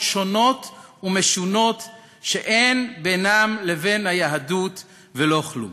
שונות ומשונות שאין בינן לבין היהדות ולא כלום.